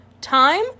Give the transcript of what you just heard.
time